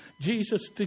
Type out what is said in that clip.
Jesus